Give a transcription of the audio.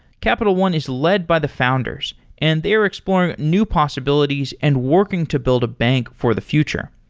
capital one is led by the founders and they're exploring new possibilities and working to build a bank for the future.